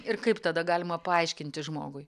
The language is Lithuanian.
ir kaip tada galima paaiškinti žmogui